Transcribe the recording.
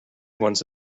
ones